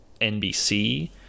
NBC